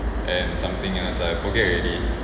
and something else I forget already